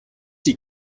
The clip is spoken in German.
die